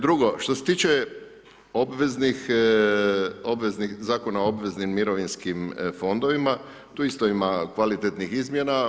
Drugo, što se tiče obveznih, Zakona o obveznim mirovinskim fondovima tu isto ima kvalitetnih izmjena.